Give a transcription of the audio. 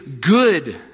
good